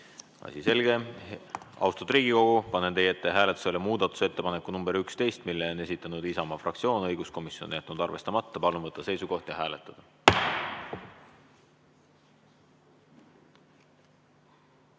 Asi selge. Austatud Riigikogu, panen teie ette hääletusele muudatusettepaneku nr 11, mille on esitanud Isamaa fraktsioon, õiguskomisjon on jätnud arvestamata. Palun võtta seisukoht ja hääletada!